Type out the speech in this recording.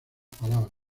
palabras